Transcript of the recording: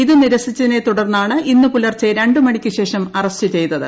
ഇത് നിരസിച്ചതിനെ തുടർന്നാണ് ഇന്ന് പുലർച്ചെ രണ്ട് മണിക്ക് ശേഷം അറസ്റ്റ് ചെയ്തത്